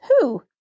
Who